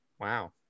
Wow